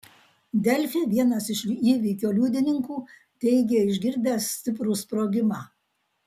delfi vienas iš įvykio liudininkų teigė išgirdęs stiprų sprogimą